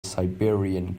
siberian